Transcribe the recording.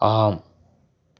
ஆம்